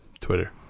Twitter